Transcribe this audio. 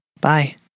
Bye